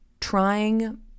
trying